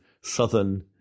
southern